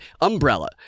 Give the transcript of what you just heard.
umbrella